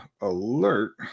alert